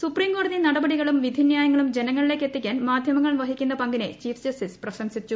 supreme കോടതി നടപടികളും വിധി ന്യായങ്ങളും ജനങ്ങളിലേക്ക് എത്തിക്കാൻ മാധ്യമങ്ങൾ വഹിക്കുന്ന പങ്കിനെ ചീഫ് ജസ്റ്റിസ് പ്രശംസിച്ചു